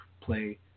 play